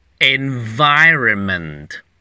Environment